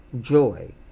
joy